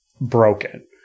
broken